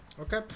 Okay